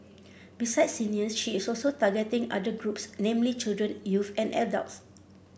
besides seniors she is also targeting other groups namely children youth and adults